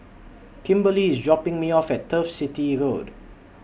Kimberlee IS dropping Me off At Turf City Road